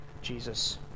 Jesus